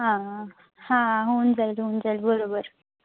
हां हां होऊन जाईल होऊन जाईल बरोबर